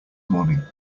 morning